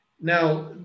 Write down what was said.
Now